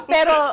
Pero